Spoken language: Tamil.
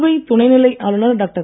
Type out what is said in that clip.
புதுவை துணைநிலை ஆளுநர் டாக்டர்